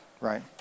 right